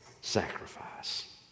Sacrifice